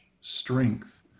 strength